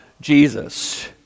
Jesus